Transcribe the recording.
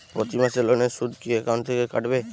প্রতি মাসে লোনের সুদ কি একাউন্ট থেকে কাটবে?